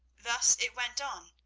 thus it went on,